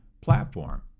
platform